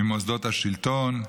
עם מוסדות השלטון.